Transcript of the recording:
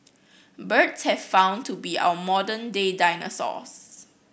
birds have found to be our modern day dinosaurs